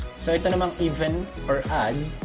so and um even or odd,